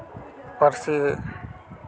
ᱯᱟᱹᱨᱥᱤ